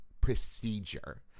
procedure